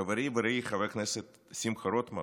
חברי ורעי חבר הכנסת שמחה רוטמן,